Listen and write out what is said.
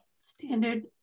Standard